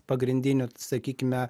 pagrindinių sakykime